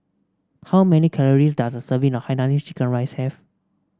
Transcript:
how many calories does a serving a Hainanese Chicken Rice have